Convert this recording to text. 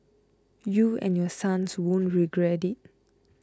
you and your sons won't regret it